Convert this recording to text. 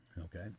Okay